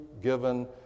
given